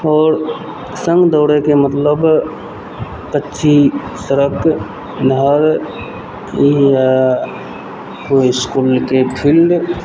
आओर सङ्ग दौड़यके मतलब कच्ची सड़क नहर या कोइ इसकुलके फील्ड